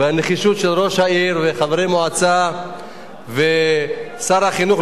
והנחישות של ראש העיר וחברי המועצה ושר החינוך,